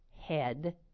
head